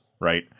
right